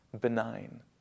benign